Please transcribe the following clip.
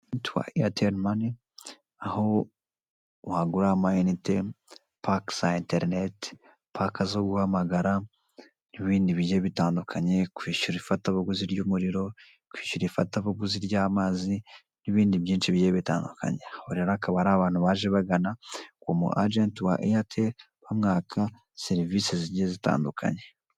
Iyitwa Airtel money aho wagurira amayinite, pake za enterineti, pake zo guhamagara n'ibindi bigiye bitandukanye kwishyura ifatabuguzi ry'umuriro, kwishyura ifatabuguzi ry'amazi n'ibindi byinshi bigiye bitandukanye aba rero akaba ari abantu baje bagana ku mu ajenti wa Airtel bamwaka serivise zigiye zitandukanye.